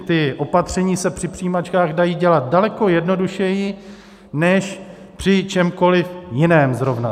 Ta opatření se při přijímačkách dají dělat daleko jednodušeji než při čemkoli jiném zrovna.